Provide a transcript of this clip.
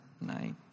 Night